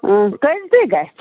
کٔژِ دۅہۍ گژھِ